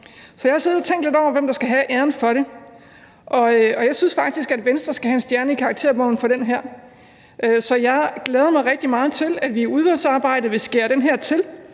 siddet og tænkt lidt over, hvem der skal have æren for det, og jeg synes faktisk, at Venstre skal have en stjerne i karakterbogen for det her. Så jeg glæder mig rigtig meget til, at vi i udvalgsarbejdet vil skære det her til,